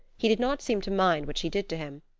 he did not seem to mind what she did to him,